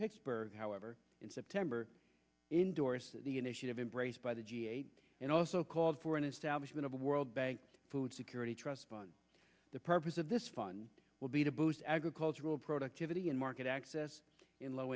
pittsburgh however in september endorsed the initiative embraced by the g eight and also called for an establishment of a world food security trust fund the purpose of this fund will be to boost agricultural productivity and market access in low